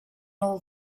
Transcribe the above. all